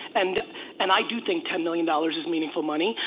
and and i do think ten million dollars is meaningful money,